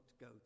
go